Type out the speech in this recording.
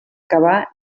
cavar